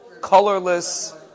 colorless